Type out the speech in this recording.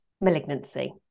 malignancy